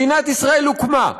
מדינת ישראל הוקמה,